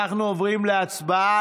אנחנו עוברים להצבעה.